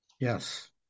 Yes